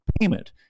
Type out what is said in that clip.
payment